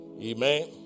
Amen